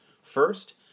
First